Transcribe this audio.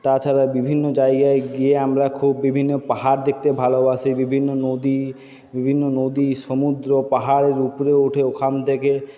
তাছাড়া বিভিন্ন জায়গায় গিয়ে আমরা খুব বিভিন্ন পাহাড় দেখতে ভালোবাসি বিভিন্ন নদী বিভিন্ন নদী সমুদ্র পাহাড়ের উপরে উঠে ওখান থেকে